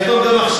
שיעשו גם עכשיו.